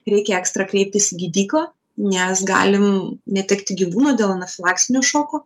reikia ekstra kreiptis į gydyklą nes galim netekti gyvūno dėl anafilaksinio šoko